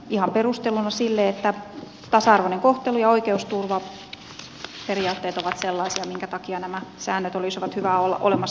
ihan perusteluna sille että tasa arvoinen kohtelu ja oikeusturva periaatteet ovat sellaisia minkä takia nämä säännöt olisivat hyvät olemassa